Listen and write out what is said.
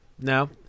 No